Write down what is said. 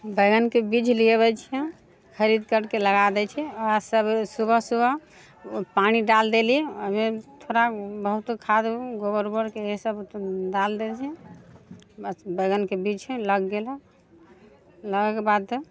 बैगनके बीज ले अबै छियै खरीद करके लगा दै छियै आओर सुबह सुबह पानि डालि देली ओहिमे थोड़ा बहुत खाद उद गोबर ओबरके ई सभ डालि देलियै बस बैगनके बीज छै लग गेल लगैके बादे